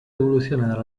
evolucionar